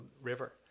river